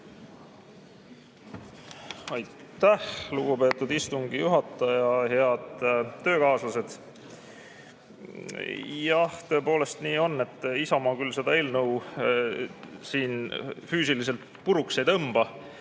Aitäh, lugupeetud istungi juhataja! Head töökaaslased! Jah, tõepoolest, nii on, et Isamaa küll seda eelnõu füüsiliselt puruks ei tõmba